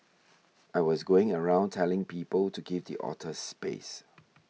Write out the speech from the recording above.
I was going around telling people to give the otters space